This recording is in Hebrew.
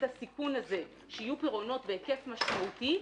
הסיכון הזה שיהיו פירעונות בהיקף משמעותי,